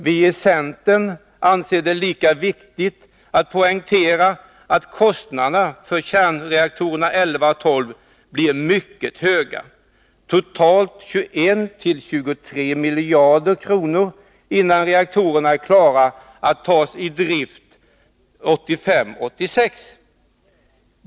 Vi i centern anser det viktigt att poängtera att kostnaderna för kärnkraftsreaktorerna 11 och 12 blir mycket höga — totalt 21-23 miljarder kronor — innan reaktorerna är klara att tas i drift 1985/86.